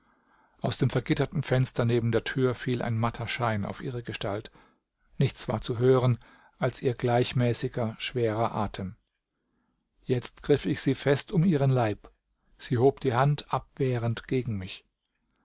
aus dem vergitterten fenster neben der tür fiel ein matter schein auf ihre gestalt nichts war zu hören als ihr gleichmäßiger schwerer atem jetzt griff ich sie fest um ihren leib sie hob die hand abwehrend gegen mich